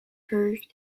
heard